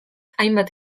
hainbat